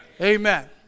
Amen